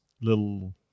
little